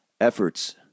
efforts